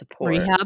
rehab